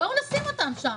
בואו נשים אותם שם.